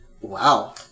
Wow